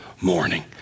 morning